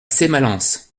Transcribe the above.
sémalens